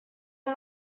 are